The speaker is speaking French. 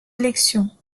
élections